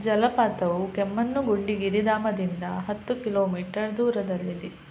ಜಲಪಾತವು ಕೆಮ್ಮಣ್ಣುಗುಂಡಿ ಗಿರಿಧಾಮದಿಂದ ಹತ್ತು ಕಿಲೋಮೀಟರ್ ದೂರದಲ್ಲಿದೆ